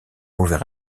mauvais